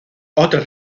otras